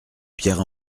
pierre